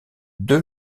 deux